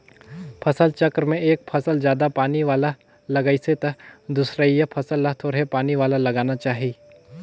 फसल चक्र में एक फसल जादा पानी वाला लगाइसे त दूसरइया फसल ल थोरहें पानी वाला लगाना चाही